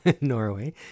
Norway